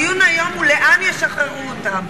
הדיון היום הוא לאן ישחררו אותם.